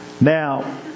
Now